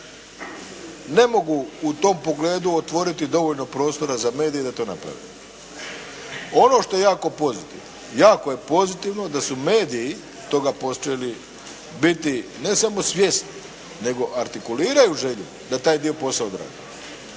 ne mogu u tom pogledu otvoriti dovoljno prostora za medije da to naprave. Ono što je jako pozitivno, jako je pozitivno da su mediji toga počeli biti ne samo svjesni nego artikuliraju želju da taj dio posla odrade.